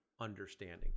understanding